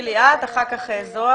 תתחילי את, אחר כך זוהר.